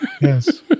Yes